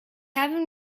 haven’t